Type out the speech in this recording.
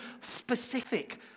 specific